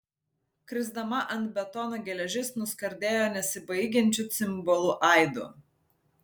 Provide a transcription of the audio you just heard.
krisdama ant betono geležis nuskardėjo nesibaigiančiu cimbolų aidu